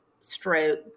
stroke